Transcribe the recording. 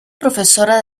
profesora